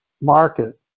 market